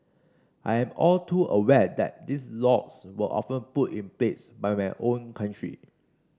I am all too aware that these laws were often put in place by my own country